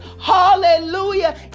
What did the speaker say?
Hallelujah